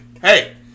hey